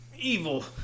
evil